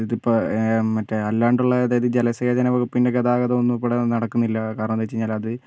ഇതിപ്പോൾ മറ്റേ അല്ലാണ്ടൊള്ളേ അതായത് ജലസേജനവകുപ്പിൻ്റെ ഗതാഗതൊന്നും ഇവിടെ നടക്കുന്നില്ല കാരണം എന്താന്ന് വെച്ച് കഴിഞ്ഞാൽ അത്